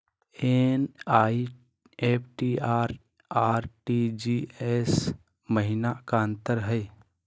NEFT अरु RTGS महिना का अंतर हई?